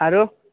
आरो